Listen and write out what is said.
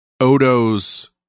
Odo's